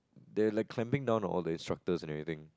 they like clamping down on all the instructors and everything